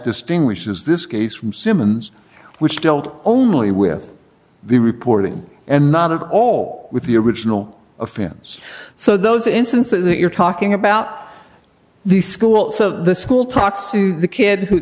distinguishes this case from simmons which dealt only with the reporting and not at all with the original offense so those instances you're talking about the school so the school talks to the kid who